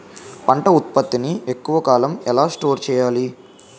పంట ఉత్పత్తి ని ఎక్కువ కాలం ఎలా స్టోర్ చేయాలి?